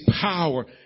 power